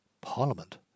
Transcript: Parliament